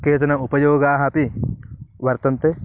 केचन उपयोगाः अपि वर्तन्ते